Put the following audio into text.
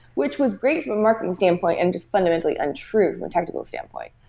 which was great from a marketing standpoint and just fundamentally untrue from a technical standpoint.